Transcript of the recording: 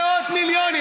מאות מיליונים.